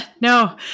No